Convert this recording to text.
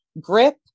grip